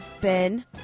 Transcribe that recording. Ben